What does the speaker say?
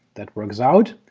that works out,